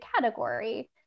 category